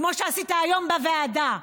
כמו שעשית היום בוועדה,